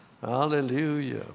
Hallelujah